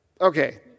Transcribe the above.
Okay